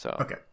Okay